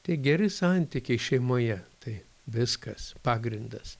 tai geri santykiai šeimoje tai viskas pagrindas